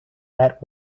that